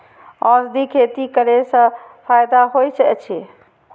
औषधि खेती करे स फायदा होय अछि?